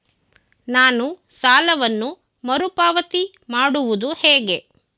ನಾನು ಸಾಲವನ್ನು ಮರುಪಾವತಿ ಮಾಡುವುದು ಹೇಗೆ?